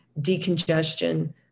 decongestion